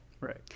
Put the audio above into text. Right